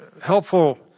helpful